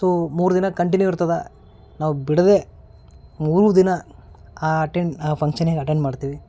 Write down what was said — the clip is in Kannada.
ಸೊ ಮೂರು ದಿನ ಕಂಟಿನ್ಯೂ ಇರ್ತದ ನಾವು ಬಿಡದೆ ಮೂರು ದಿನ ಆ ಟೆಂಟ್ ಆ ಫಂಕ್ಷನಿಗೆ ಅಟೆಂಡ್ ಮಾಡ್ತೀವಿ